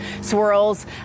swirls